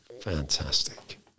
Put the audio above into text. fantastic